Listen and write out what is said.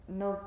no